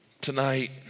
Tonight